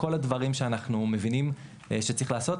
כל הדברים שאנחנו מבינים שצריך לעשות,